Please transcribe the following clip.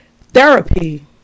therapy